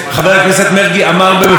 החוק הזה היה עף דרך החלון.